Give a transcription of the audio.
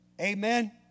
Amen